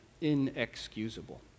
inexcusable